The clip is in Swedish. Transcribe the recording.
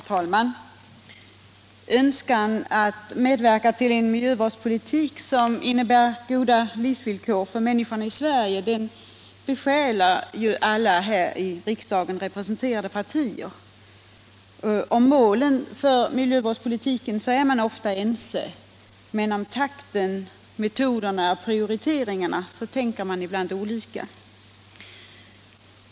Herr talman! Önskan att medverka till en miljövårdspolitik som innebär goda livsvillkor för människorna i Sverige besjälar ju alla här i riksdagen representerade partier. Om målen för miljövårdspolitiken är man ofta ense, men om takten, metoderna och prioriteringarna tänker man ibland olika.